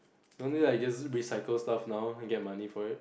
don't need lah you just recycle stuff now get money for it